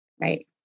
Right